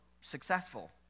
successful